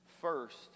first